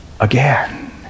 again